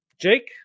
Jake